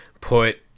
put